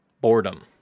boredom